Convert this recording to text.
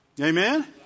Amen